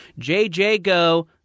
JJGO